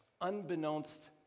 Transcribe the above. Unbeknownst